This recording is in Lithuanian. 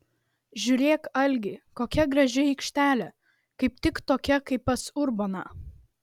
žiūrėk algi kokia graži aikštelė kaip tik tokia kaip pas urboną